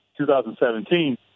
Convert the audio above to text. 2017